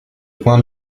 point